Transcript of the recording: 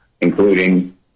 including